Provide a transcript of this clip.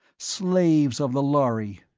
slaves of the lhari!